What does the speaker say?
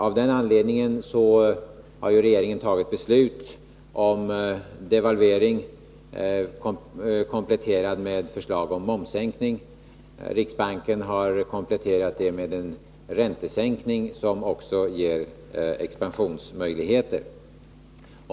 Av den anledningen har regeringen fattat beslut om devalveringen och därtill lagt fram förslaget om momssänkning. Riksbanken har kompletterat detta med en räntesänkning, som också ger möjligheter till expansion.